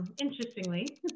Interestingly